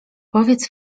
powiedz